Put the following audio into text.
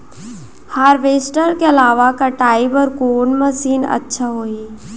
Harvester के अलावा कटाई बर कोन मशीन अच्छा होही?